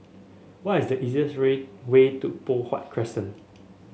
what is the easiest way way to Poh Huat Crescent